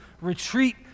retreat